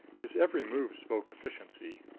his every move spoke efficiency.